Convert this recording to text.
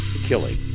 killing